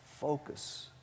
focus